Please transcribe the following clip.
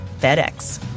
FedEx